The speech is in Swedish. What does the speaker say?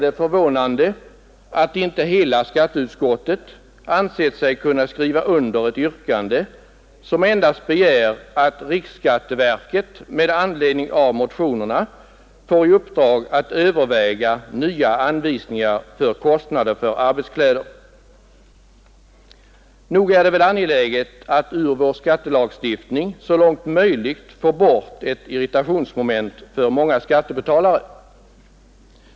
Det är förvånande att inte hela skatteutskottet ansett sig kunna skriva under ett yrkande som endast innebär att riksskatteverket med anledning av motionerna får i uppdrag att överväga nya anvisningar för kostnader för arbetskläder. Nog är det väl angeläget att ur vår skattelagstiftning så långt möjligt få bort ett irritationsmoment för många skattebetalare.